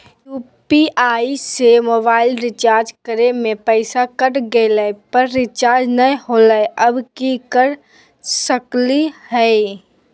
UPI से mobile recharge करे में पैसा कट गेलई, पर रिचार्ज नई होलई, अब की कर सकली हई?